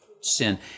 sin